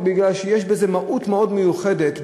כי יש בזה מהות מאוד מיוחדת,